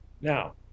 now